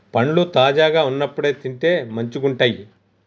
పండ్లు తాజాగా వున్నప్పుడే తింటే మంచిగుంటయ్